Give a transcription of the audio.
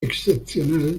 excepcional